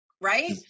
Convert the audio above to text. Right